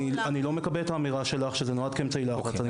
אני לא מקבל את האמירה שלך שזה נועד כאמצעי לחץ.